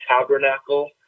tabernacle